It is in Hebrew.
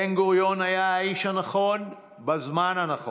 בן-גוריון היה האיש הנכון בזמן הנכון.